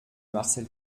marcel